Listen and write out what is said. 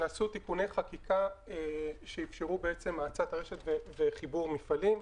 נעשו תיקוני חקיקה שאפשרו האצת רשת וחיבור מפעלים.